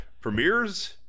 premieres